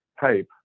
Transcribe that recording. type